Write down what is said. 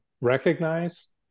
recognize